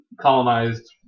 colonized